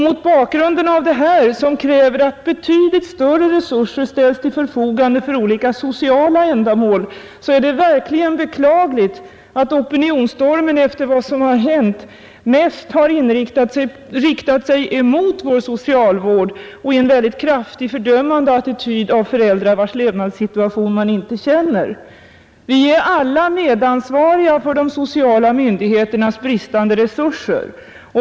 Mot bakgrunden av det här, som kräver att betydligt större resurser ställs till förfogande för olika sociala ändamål, är det verkligen beklagligt att opinionsstormen efter vad som hänt mest har riktat sig emot vår socialvård och till en kraftigt fördömande attityd av föräldrar, vilkas levnadssituation man inte känner. Vi är alla medansvariga för de sociala myndigheternas bristande resurser.